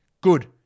Good